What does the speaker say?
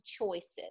choices